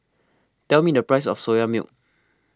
tell me the price of Soya Milk